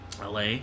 LA